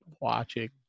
watching